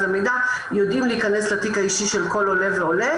המידע יודעים להיכנס לתיק האישי של כל עולה ועולה